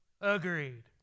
agreed